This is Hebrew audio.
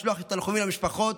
לשלוח תנחומים למשפחות.